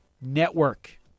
network